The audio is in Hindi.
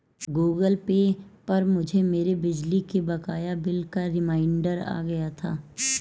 गूगल पे पर मुझे मेरे बिजली के बकाया बिल का रिमाइन्डर आ गया था